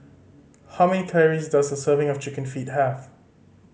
how many calories does a serving of Chicken Feet have